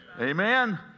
Amen